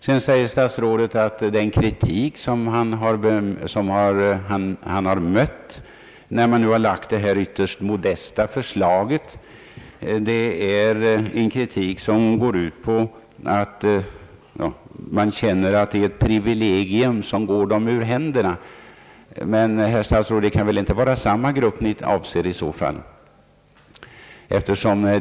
Sedan säger statsrådet att den kritik som han har mött när detta ytterst modesta förslag lagts fram går ut på att man känner att det är ett privilegium som går en ur händerna. Men, herr statsråd, det kan väl inte vara samma grupp ni avser i så fall.